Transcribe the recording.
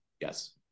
Yes